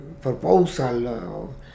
proposal